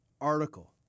article